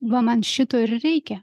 va man šito ir reikia